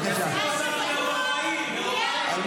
מה יקרה כשהם יעלו לשלטון --- חברת הכנסת מירב בן ארי,